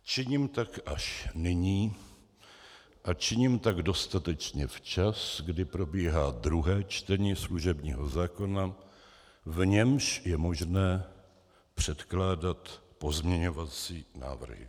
Činím tak až nyní a činím tak dostatečně včas, kdy probíhá druhé čtení služebního zákona, v němž je možné předkládat pozměňovací návrhy.